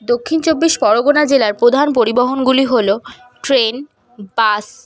দক্ষিণ চব্বিশ পরগনা জেলার প্রধান পরিবহনগুলি হল ট্রেন বাস